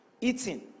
eating